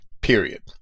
period